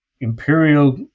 imperial